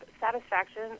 satisfaction